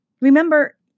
Remember